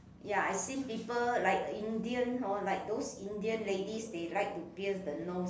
ya I see people like Indian hor like those Indian ladies they like to pierce the nose